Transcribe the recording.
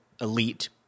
Elite